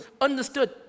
understood